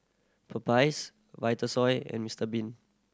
Popeyes Vitasoy and Mister Bean